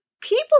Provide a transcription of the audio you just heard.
people